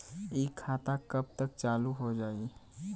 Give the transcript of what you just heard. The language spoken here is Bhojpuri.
इ खाता कब तक चालू हो जाई?